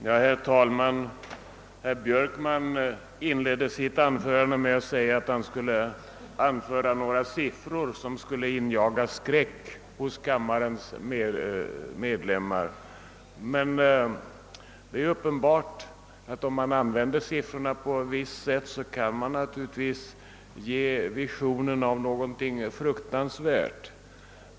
Herr talman! Herr Björkman inledde sitt anförande med att säga att han skulle nämna några siffror som skulle injaga skräck hos kammarens ledamöter. Det är uppenbart att om man använder siffrorna på ett visst sätt kan man naturligtvis ge visionen av något fruktansvärt.